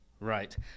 Right